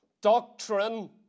doctrine